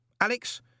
Alex